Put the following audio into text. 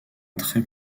trait